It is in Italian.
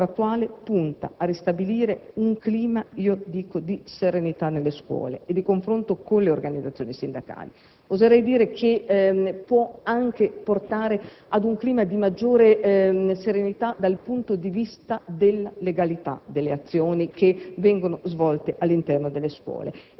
la sequenza contrattuale punta a ristabilire un clima, io dico, di serenità nelle scuole e di confronto con le organizzazioni sindacali; oserei dire che può anche portare ad un clima di maggiore serenità dal punto di vista della legalità delle azioni che vengono svolte all'interno delle